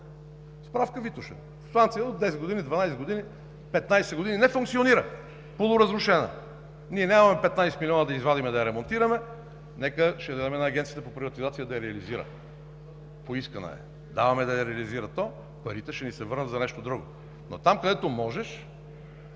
Справка Витоша – станция от 10 години, 12 години, 15 години не функционира, полуразрушена. Ние нямаме 15 милиона да извадим да я ремонтираме, ще я дадем на Агенцията за приватизация да я реализира. Поискана е, даваме я да я реализира, парите ще ни се върнат за нещо друго. Но там, където можеш,